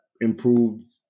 improved